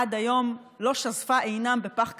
עד היום לא שזפה עינם פח כתום,